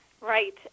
right